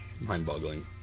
mind-boggling